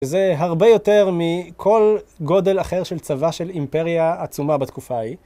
זה הרבה יותר מכל גודל אחר של צבא של אימפריה עצומה בתקופה ההיא.